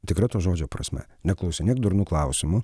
tikra to žodžio prasme neklausinėk durnų klausimų